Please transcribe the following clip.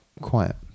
quiet